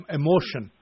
emotion